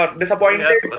disappointed